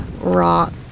rock